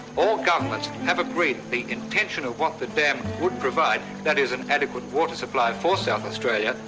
all governments have agreed the intention of what the dam would provide, that is an adequate water supply for south australia,